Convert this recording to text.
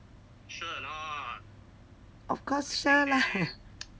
of course sure lah